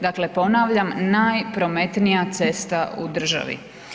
Dakle ponavljam, najprometnija cesta u državi.